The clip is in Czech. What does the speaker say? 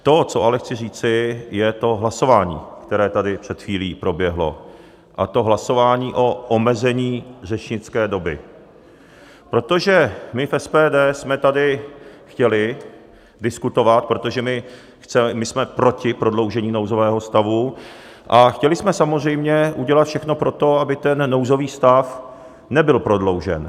To, co ale chci říci, je to hlasování, které tady před chvílí proběhlo, a to hlasování o omezení řečnické doby, protože my v SPD jsme tady chtěli diskutovat, protože my jsme proti prodloužení nouzového stavu a chtěli jsme samozřejmě udělat všechno pro to, aby nouzový stav nebyl prodloužen.